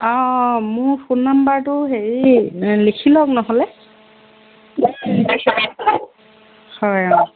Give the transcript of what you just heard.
অঁ মোৰ ফোন নাম্বাৰটো হেৰি লিখি লওক নহ'লে হয় অঁ